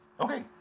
Okay